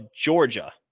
Georgia